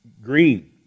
green